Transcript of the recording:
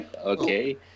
okay